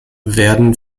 werden